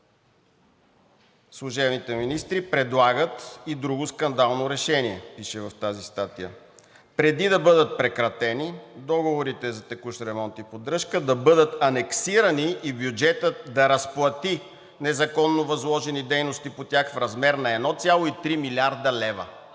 служебните министри предлагат и друго скандално решение, пише в тази статия: „Преди да бъдат прекратени, договорите за текущ ремонт и поддръжка да бъдат анексирани и бюджетът да разплати незаконно възложени дейности по тях в размер на 1,3 млрд. лв.“